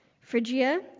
Phrygia